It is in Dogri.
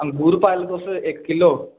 अंगूर पाई लाओ तुस इक किल्लो